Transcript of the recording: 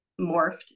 morphed